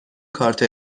کارت